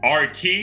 RT